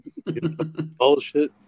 bullshit